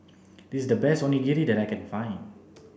this is the best Onigiri that I can find